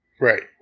right